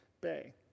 Bay